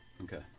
Okay